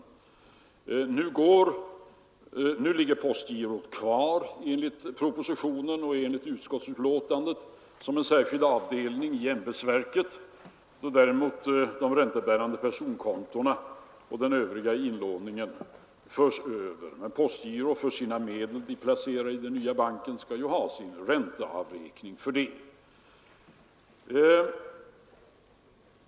Enligt propositionens och utskottets förslag kommer postgirot nu att ligga kvar som en särskild avdelning i ämbetsverket, medan däremot de räntebärande personkontona och den övriga inlåningen förs över till den nya banken. Men postgirot skall naturligtvis ha sin ränteavräkning för de medel man placerar i den nya banken.